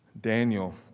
Daniel